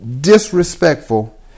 disrespectful